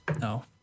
No